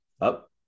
up